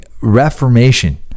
reformation